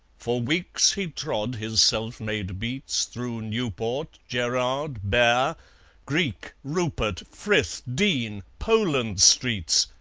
for weeks he trod his self-made beats through newport gerrard bear greek rupert frith dean poland streets,